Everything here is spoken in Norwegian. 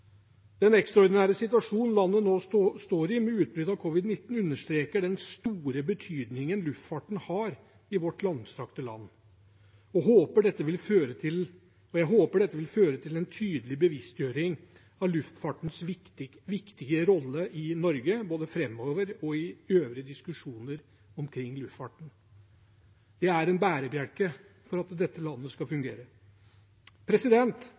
Den ekstraordinære situasjonen landet nå står i, med utbrudd av covid-19, understreker den store betydningen luftfarten har i vårt langstrakte land, og jeg håper dette vil føre til en tydelig bevisstgjøring av luftfartens viktige rolle i Norge både framover og i øvrige diskusjoner omkring luftfarten. Det er en bærebjelke for at dette landet skal